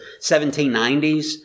1790s